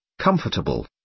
comfortable